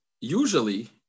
usually